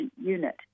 unit